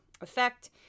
effect